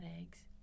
eggs